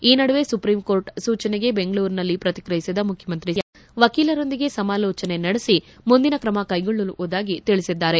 ಈ ನಡುವೆ supreme court ಸೂಚನೆ ಬೆಂಗಳೂರಿನಲ್ಲಿ ಪ್ರಕ್ರಿಯಿಸಿದ ಮುಖ್ಯಮಂತ್ರಿ ಸಿದ್ಗರಾಮಯ್ಲಿ ವಕೀಲರೊಂದಿಗೆ ಸಮಾಲೋಚನೆ ನಡೆಸಿ ಮುಂದಿನ ಕ್ರಮಕ್ಕೆಗೊಳ್ಳುವುದಾಗಿ ತಿಳಿಸಿದ್ದಾರೆ